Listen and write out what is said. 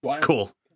Cool